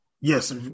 yes